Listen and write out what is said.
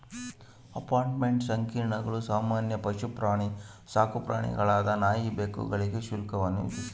apartment ಸಂಕೀರ್ಣಗಳು ಸಾಮಾನ್ಯ ಸಾಕುಪ್ರಾಣಿಗಳಾದ ನಾಯಿ ಬೆಕ್ಕುಗಳಿಗೆ ಶುಲ್ಕವನ್ನು ವಿಧಿಸ್ತದ